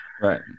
right